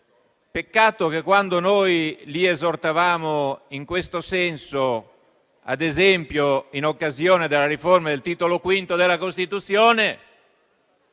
peccato che quando noi li esortavano in questo senso, ad esempio in occasione della riforma del Titolo V della Costituzione,